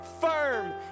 firm